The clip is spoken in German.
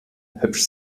hübsch